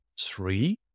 three